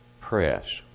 Press